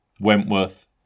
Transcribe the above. Wentworth